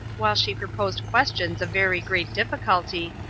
while she proposed questions of very great difficulty,